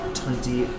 twenty